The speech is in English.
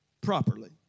properly